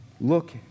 look